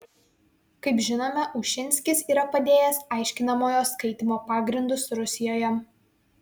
kaip žinome ušinskis yra padėjęs aiškinamojo skaitymo pagrindus rusijoje